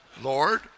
Lord